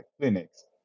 clinics